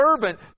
servant